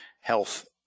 health